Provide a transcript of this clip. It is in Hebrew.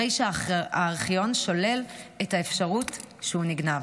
הרי שהארכיון שולל את האפשרות שהוא נגנב.